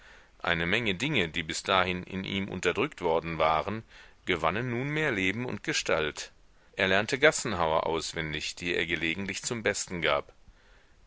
eine menge dinge die bis dahin in ihm unterdrückt worden waren gewannen nunmehr leben und gestalt er lernte gassenhauer auswendig die er gelegentlich zum besten gab